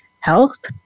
health